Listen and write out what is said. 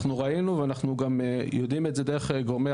אנחנו ראינו ואנחנו גם יודעים את זה דרך גורמי